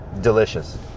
Delicious